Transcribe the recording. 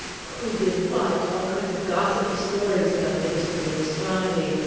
who did what, all kinds of gossipy stories about the history of astronomy.